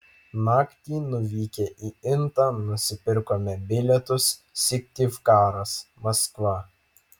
naktį nuvykę į intą nusipirkome bilietus syktyvkaras maskva